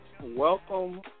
welcome